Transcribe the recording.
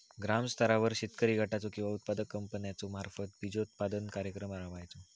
ग्रामस्तरावर शेतकरी गटाचो किंवा उत्पादक कंपन्याचो मार्फत बिजोत्पादन कार्यक्रम राबायचो?